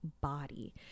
body